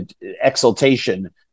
exultation